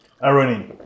Irony